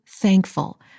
thankful